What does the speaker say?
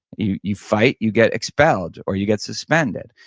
you you fight, you get expelled or you get suspended,